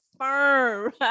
firm